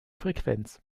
frequenz